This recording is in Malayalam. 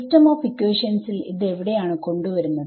സിസ്റ്റം ഓഫ് ഇക്വേഷൻസിൽ ഇത് എവിടെയാണ് കൊണ്ട് വരുന്നത്